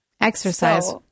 exercise